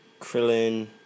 krillin